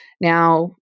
Now